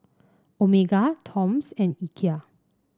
Omega Toms and Ikea